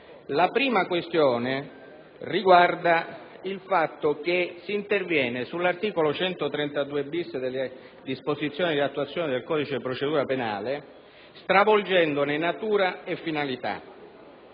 La prima questione riguarda il fatto che si interviene sull'articolo 132*-bis* delle disposizioni di attuazione del codice di procedura penale, stravolgendone natura e finalità.